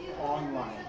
online